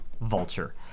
Vulture